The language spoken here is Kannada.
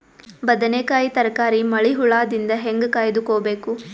ಬದನೆಕಾಯಿ ತರಕಾರಿ ಮಳಿ ಹುಳಾದಿಂದ ಹೇಂಗ ಕಾಯ್ದುಕೊಬೇಕು?